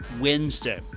Wednesday